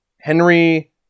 Henry